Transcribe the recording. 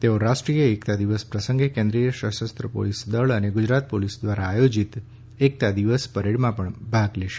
તેઓ રાષ્ટ્રીય એકતા દિવસ પ્રસંગે કેન્દ્રીય સશસ્ત્ર પોલિસ દળ અને ગુજરાત પોલિસ દ્વારા આયોજિત એકતા દિવસ પરેડમાં પણ ભાગ લેશે